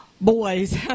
boys